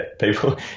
people